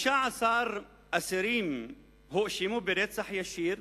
15 אסירים הואשמו ברצח ישיר.